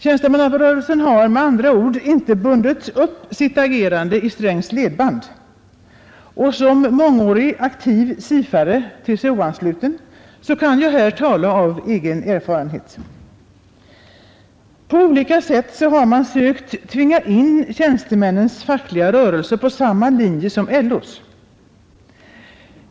Tjänstemannarörelsen har med andra ord inte bundit upp sitt agerande i herr Strängs ledband. Som mångårig aktiv SIF-are, TCO-ansluten, kan jag här tala av egen erfarenhet. Man har på olika sätt sökt tvinga in tjänstemännens fackliga rörelse på samma linje som LO:s.